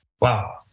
Wow